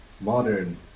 modern